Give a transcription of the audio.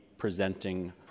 presenting